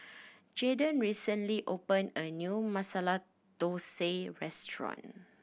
Jaydon recently opened a new Masala Dosa Restaurant